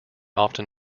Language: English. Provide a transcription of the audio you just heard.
often